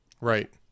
right